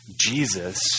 Jesus